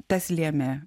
tas lėmė